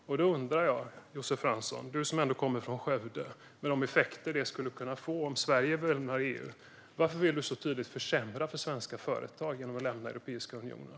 Därför undrar jag, Josef Fransson: Varför vill du, som ändå kommer från Skövde och med tanke på de effekter det skulle kunna få om Sverige lämnar EU, så tydligt försämra för svenska företag genom att lämna Europeiska unionen?